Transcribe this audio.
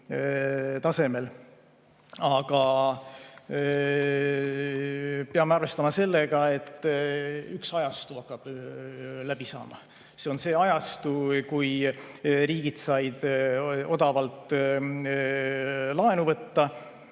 tasemel. Aga peame arvestama sellega, et üks ajastu hakkab läbi saama. See on ajastu, kui riigid said odavalt laenu võtta